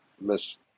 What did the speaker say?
miss